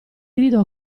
grido